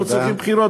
לא צריכים בחירות,